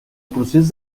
procés